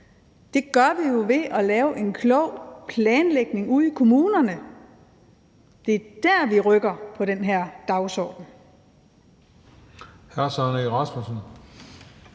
Det får vi jo ved at lave en klog planlægning ude i kommunerne. Det er der, vi rykker på den her dagsorden.